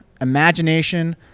imagination